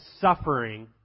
suffering